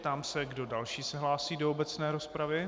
Ptám se, kdo další se hlásí do obecné rozpravy.